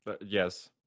Yes